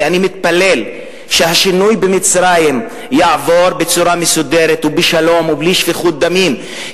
ואני מתפלל שהשינוי במצרים יעבור בצורה מסודרת ובשלום ובלי שפיכות דמים,